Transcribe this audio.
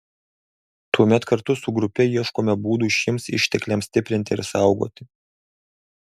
tuomet kartu su grupe ieškome būdų šiems ištekliams stiprinti ir saugoti